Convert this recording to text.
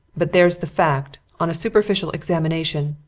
but there's the fact on a superficial examination.